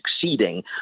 succeeding